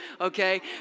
okay